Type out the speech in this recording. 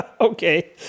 Okay